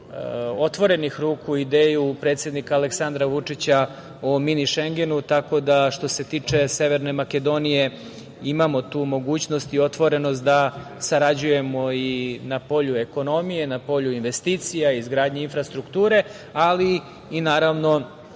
otvorenih ruku ideju predsednika Aleksandra Vučića o Mini Šengenu, tako da što se tiče Severne Makedonije imamo tu mogućnost i otvorenost da sarađujemo i na polju ekonomije, na polju investicija, izgradnji infrastrukture, ali i naravno